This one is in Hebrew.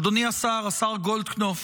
אדוני השר, השר גולדקנופ,